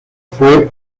fue